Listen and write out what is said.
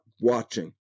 Watching